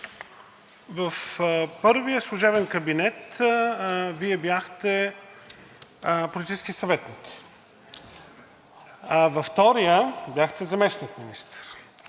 В първия служебен кабинет Вие бяхте политически съветник. Във втория бяхте заместник-министър.